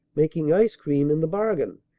making ice-cream in the bargain,